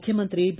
ಮುಖ್ಯಮಂತ್ರಿ ಬಿ